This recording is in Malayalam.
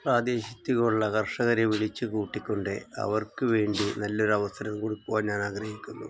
പ്രാദേശത്തുള്ള കർഷകരെ വിളിച്ച് കൂട്ടിക്കൊണ്ടേ അവർക്കുവേണ്ടി നല്ലൊരവസരം കൊടുക്കുവാൻ ഞാൻ ആഗ്രഹിക്കുന്നു